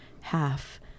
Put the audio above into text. half